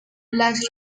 las